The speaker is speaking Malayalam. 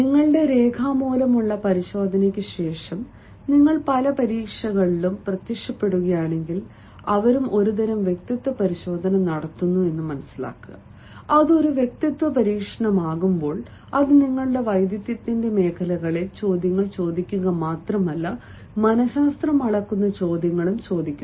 നിങ്ങളുടെ രേഖാമൂലമുള്ള പരിശോധനയ്ക്ക് ശേഷം നിങ്ങൾ പല പരീക്ഷകളിലും പ്രത്യക്ഷപ്പെടുകയാണെങ്കിൽ അവരും ഒരുതരം വ്യക്തിത്വ പരിശോധന നടത്തുന്നു അത് ഒരു വ്യക്തിത്വ പരീക്ഷണമാകുമ്പോൾ അത് നിങ്ങളുടെ വൈദഗ്ധ്യത്തിന്റെ മേഖലകളിൽ ചോദ്യങ്ങൾ ചോദിക്കുക മാത്രമല്ല മനശാസ്ത്രം അളക്കുന്ന ചോദ്യങ്ങൾ ചോദിക്കുന്നു